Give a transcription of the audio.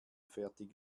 fertig